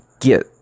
get